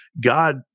God